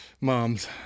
moms